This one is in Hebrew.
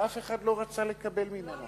ואף אחד לא רצה לקבל ממנו.